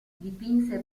dipinse